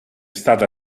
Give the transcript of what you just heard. stata